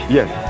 Yes